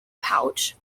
pouch